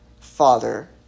father